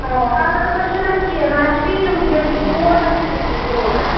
اَوا حضرَت بَل چھُنہٕ اَسہِ کیٚنٛہہ نہ اَسہِ چھِ بیٚیہِ یِم گہِ یِم گولڈَن چھِ اَسہِ بیٚیہِ گولڈَن